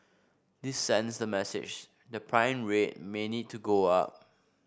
this sends the message the prime rate may need to go up